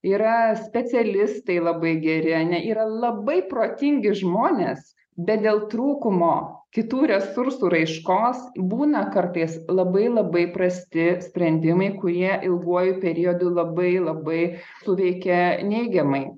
yra specialistai labai geri ar ne yra labai protingi žmonės bet dėl trūkumo kitų resursų raiškos būna kartais labai labai prasti sprendimai kurie ilguoju periodu labai labai suveikia neigiamai